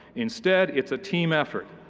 instead, it's a team effort,